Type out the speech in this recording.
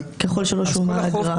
ככל שלא שולמה האגרה.